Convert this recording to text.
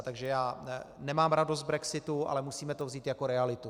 Takže já nemám radost z brexitu, ale musíme to vzít jako realitu.